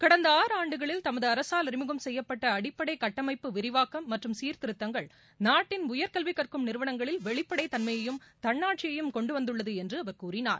கடந்த ஆறு ஆண்டுகளில் தமது அரசால் அறிமுகம் செய்யப்பட்ட அடிப்படை கட்டமைப்பு விரிவாக்கம் மற்றும் சீர்திருத்தங்கள் நாட்டின் உயர்கல்வி கற்கும் நிறுவனங்களில் வெளிப்படைத் தன்மையையும் தன்னாட்சியையும் கொண்டு வந்துள்ளது என்று அவர் கூறினார்